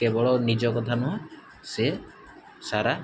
କେବଳ ନିଜ କଥା ନୁହଁ ସେ ସାରା